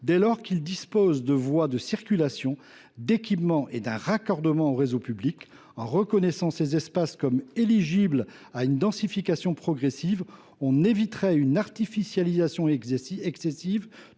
dès lors qu’ils disposent de voies de circulation, d’équipements et d’un raccordement aux réseaux publics. En reconnaissant ces espaces comme éligibles à une densification progressive, on éviterait une artificialisation excessive